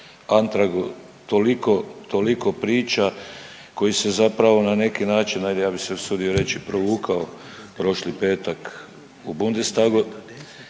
toliko, toliko priča koji se zapravo na neki način ajde ja bi se usudio reći provukao prošli petak u Bundestagu,